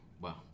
Wow